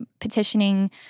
petitioning